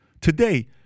Today